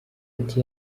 ati